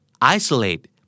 isolate